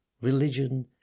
Religion